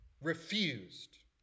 refused